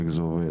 איך זה עובד?